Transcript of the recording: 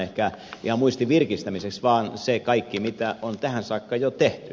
ehkä ihan muistin virkistämiseksi vaan se kaikki mitä on tähän saakka jo tehty